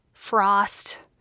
frost